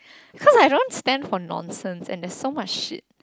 cause I don't stand for nonsense and there's so much shit